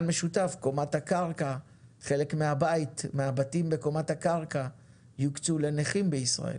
משותף קומת הקרקע חלק מהבתים בקומת הקרקע יוקצו לנכים בישראל.